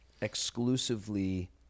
exclusively